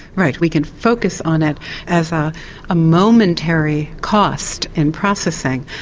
right, we can focus on it as a ah momentary cost in processing,